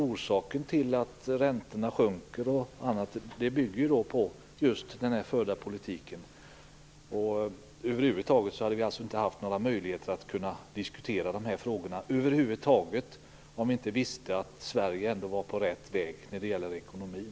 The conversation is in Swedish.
Orsaken till att räntorna sjunker och annat är ju just den förda politiken. Vi hade över huvud taget inte haft några möjligheter att diskutera det här om vi inte hade vetat att Sverige ändå är på rätt väg när det gäller ekonomin.